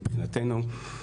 מבחינתנו,